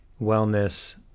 wellness